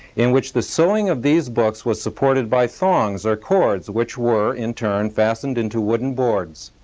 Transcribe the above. in which the sewing of these books was supported by thongs or chords, which were, in turn, fastened into wooden boards.